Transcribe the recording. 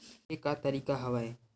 के का तरीका हवय?